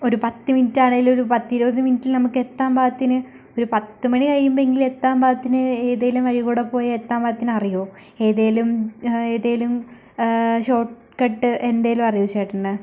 ഒരു പത്ത് മിന്റ്റാണെങ്കിലും ഒരു പത്തിരുപത് മിന്റ്റിൽ നമ്മുക്കെത്താൻ പാകത്തിന് ഒരു പത്ത് മണി കഴിയുമ്പോഴെങ്കിലും എത്താൻ പാകത്തിന് ഏതേലും വഴീകൂടെ പോയാൽ എത്താൻ പാകത്തിനറിയോ ഏതേലും ഏതേലും ഷോട്ട്കട്ട് എന്തെങ്കിലും അറിയുമോ ചേട്ടന്